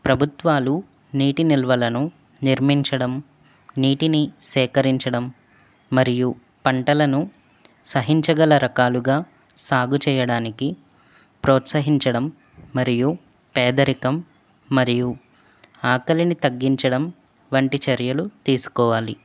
ప్రభుత్వాలు నీటి నిల్వలను నిర్మించడం నీటిని సేకరించడం మరియు పంటలను సహించగల రకాలుగా సాగు చేయడానికి ప్రోత్సహించడం మరియు పేదరికం మరియు ఆకలిని తగ్గించడం వంటి చర్యలు తీసుకోవాలి